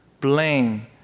blame